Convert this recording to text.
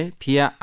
pia